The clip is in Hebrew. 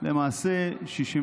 הרי למעשה".